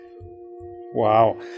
Wow